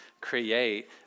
create